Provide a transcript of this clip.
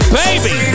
baby